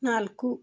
ನಾಲ್ಕು